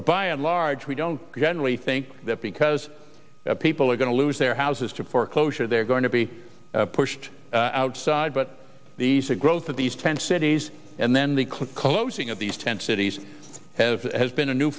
a by and large we don't generally think that because people are going to lose their houses to foreclosure they're going to be pushed outside but these a growth of these tent cities and then the closing of these tent cities have has been a new